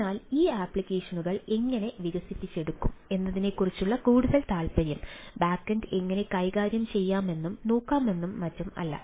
അതിനാൽ ഈ ആപ്ലിക്കേഷനുകൾ എങ്ങനെ വികസിപ്പിച്ചെടുക്കും എന്നതിനെക്കുറിച്ചാണ് കൂടുതൽ താല്പര്യം ബാക്ക് എൻഡ് എങ്ങനെ കൈകാര്യം ചെയ്യാമെന്നും നോക്കാമെന്നും മറ്റും അല്ല